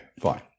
fine